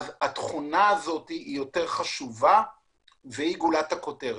התכונה הזו יותר חשובה והיא גולת הכותרת.